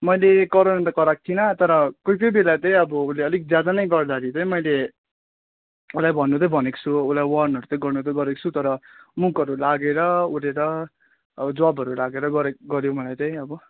मैले कराउनु त कराएको थिइनँ तर कोही कोही बेला त अब उसले अलिक ज्यादा नै गर्दाखेरि चाहिँ मैले उसलाई भन्नु त भनेको छु उसलाई वार्नहरू त गर्नु त गरेको छु तर मुखहरू लागेर उयो गरेर अब जवाबहरू लागेर गरेको गऱ्यो मलाई त अब